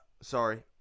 sorry